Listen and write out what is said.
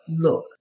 Look